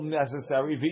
necessary